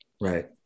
Right